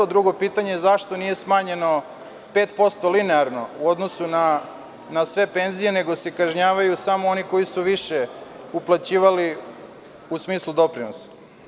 Drugo pitanje zašto nije smanjeno 5% linearno u odnosu na sve penzije, nego se kažnjavaju samo oni koji su više uplaćivali u smislu doprinosa?